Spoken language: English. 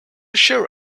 sure